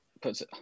puts